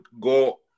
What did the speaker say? go